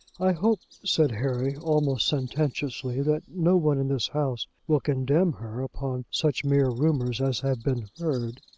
i hope, said harry, almost sententiously, that no one in this house will condemn her upon such mere rumours as have been heard.